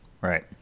Right